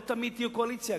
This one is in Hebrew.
לא תמיד תהיו קואליציה,